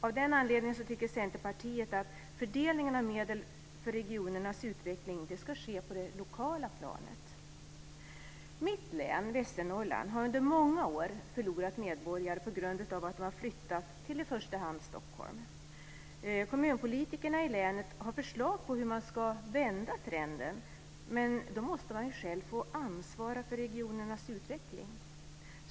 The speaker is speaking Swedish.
Av den anledningen tycker Centerpartiet att fördelningen av medel för regionernas utveckling ska ske på det lokala planet. Mitt län, Västernorrland, har under många år förlorat medborgare på grund av att de har flyttat till i första hand Stockholm. Kommunpolitikerna i länet har förslag på hur man ska vända trenden, men då måste man ju själv få ansvara för regionens utveckling.